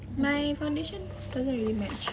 my foundation doesn't really match